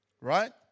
Right